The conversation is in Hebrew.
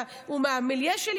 הוא מהמיליה שלי?